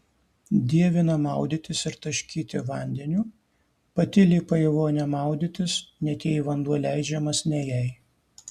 dievina maudytis ir taškyti vandeniu pati lipa į vonią maudytis net jei vanduo leidžiamas ne jai